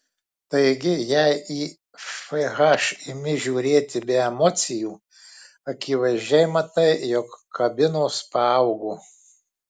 taigi jei į fh imi žiūrėti be emocijų akivaizdžiai matai jog kabinos paaugo